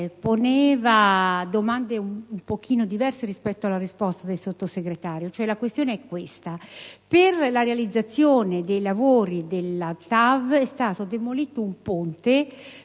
poneva domande un po' diverse rispetto alla risposta del Sottosegretario. La questione è questa: per la realizzazione dei lavori della TAV è stato demolito un ponte